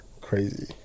Crazy